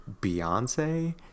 Beyonce